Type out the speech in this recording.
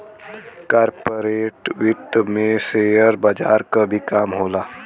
corporate वित्त में share बजार क भी काम होला